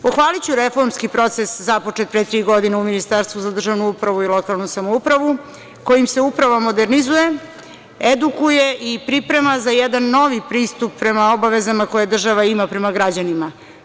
Pohvaliću reformski proces započet pre tri godine u Ministarstvu za državnu upravu i lokalnu samoupravu kojim se uprava modernizuje, edukuje i priprema za jedan novi pristup prema obavezama koje država ima prema građanima.